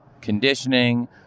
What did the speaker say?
conditioning